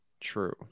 true